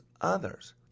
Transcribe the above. others